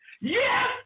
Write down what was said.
Yes